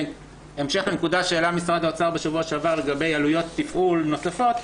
בהמשך לנקודה שהעלה משרד האוצר בשבוע שעבר לגבי עלויות תפעול נוספות,